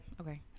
okay